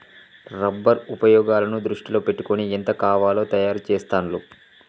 rubber ఉపయోగాలను దృష్టిలో పెట్టుకొని ఎంత కావాలో తయారు చెస్తాండ్లు